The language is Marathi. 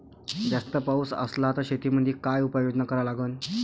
जास्त पाऊस असला त शेतीमंदी काय उपाययोजना करा लागन?